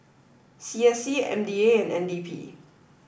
C S C M D A and N D P